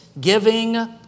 giving